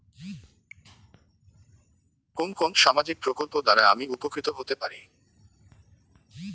কোন কোন সামাজিক প্রকল্প দ্বারা আমি উপকৃত হতে পারি?